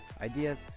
ideas